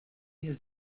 his